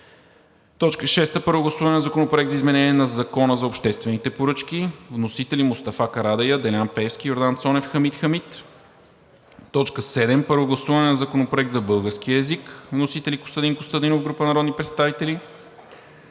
6. Първо гласуване на Законопроекта за изменение на Закона за обществените поръчки. Вносители – Мустафа Карадайъ, Делян Пеевски, Йордан Цонев и Хамид Хамид, 19 януари 2022 г. 7. Първо гласуване на Законопроекта за българския език. Вносители – Костадин Костадинов и група народни представители,